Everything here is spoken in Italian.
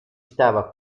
stava